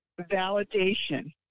validation